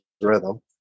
rhythm